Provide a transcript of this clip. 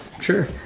Sure